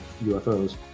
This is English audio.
UFOs